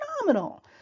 phenomenal